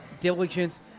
diligence